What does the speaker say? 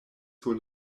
sur